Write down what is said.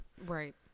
Right